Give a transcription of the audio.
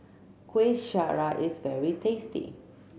Kueh Syara is very tasty